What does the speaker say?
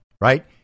right